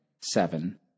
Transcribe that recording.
Seven